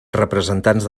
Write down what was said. representants